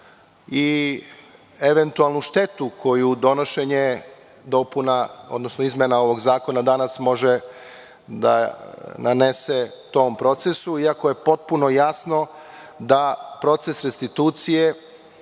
i eventualnu štetu koju donošenje dopuna, odnosno izmena ovog zakona danas može da nanese tom procesu. Iako je potpuno jasno da proces restitucije